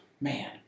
man